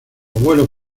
abuelo